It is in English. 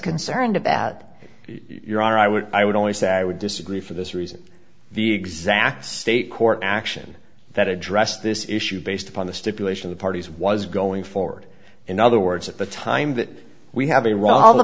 concerned about your honor i would i would only say i would disagree for this reason the exact state court action that address this issue based upon the stipulation the parties was going forward in other words at the time that we have a